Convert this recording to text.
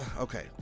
okay